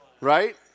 Right